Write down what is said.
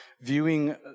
viewing